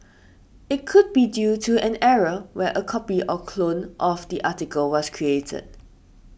it could be due to an error where a copy or clone of the article was created